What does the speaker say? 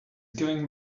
giving